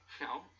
No